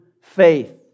faith